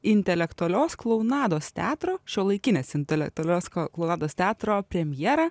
intelektualios klounados teatro šiuolaikinės intelektualios ko klounados teatro premjerą